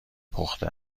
پخته